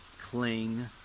cling